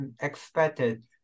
expected